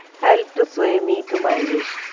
helped to sway me to my wish.